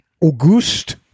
August